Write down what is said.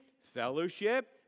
fellowship